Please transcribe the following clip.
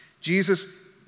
Jesus